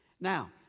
Now